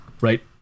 right